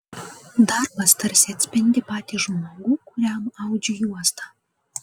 darbas tarsi atspindi patį žmogų kuriam audžiu juostą